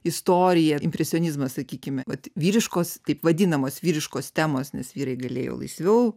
istoriją impresionizmo sakykime vat vyriškos taip vadinamos vyriškos temos nes vyrai galėjo laisviau